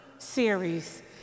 series